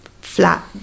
flat